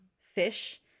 fish